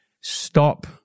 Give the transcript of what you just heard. stop